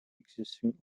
existing